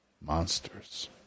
monsters